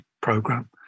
program